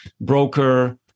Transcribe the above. broker